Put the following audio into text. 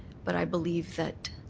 but i believe that